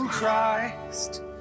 Christ